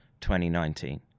2019